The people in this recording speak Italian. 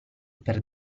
per